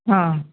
ആ